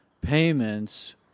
payments